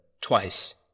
Twice